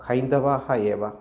हिन्दवाः एव